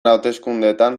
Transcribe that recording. hauteskundeetan